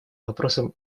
вопросом